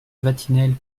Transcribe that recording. vatinelle